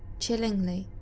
chillingly,